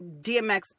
DMX